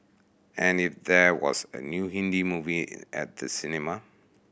and if there was a new Hindi movie at the cinema